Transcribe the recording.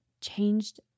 changed